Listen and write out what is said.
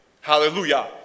Hallelujah